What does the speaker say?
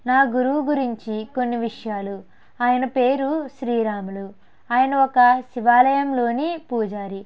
నా గురువు గురించి కొన్ని విషయాలు ఆయన పేరు శ్రీరాములు ఆయన ఒక శివాలయంలోని పూజారి